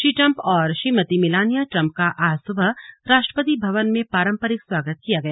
Shri Trump और Shrimati Melania Trump का आज सुबह राष्ट्रपति भवन में पारंपरिक स्वागत किया गया